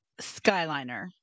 Skyliner